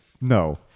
No